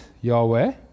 Yahweh